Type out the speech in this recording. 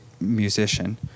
musician